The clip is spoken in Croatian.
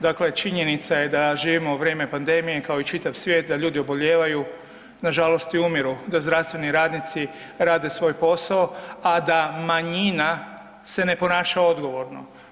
Dakle, činjenica je da živimo u vrijeme pandemije kao i čitav svijet, da ljudi obolijevaju, nažalost i umiru, da zdravstveni radnici rade svoje posao, a da manjina se ne ponaša odgovorno.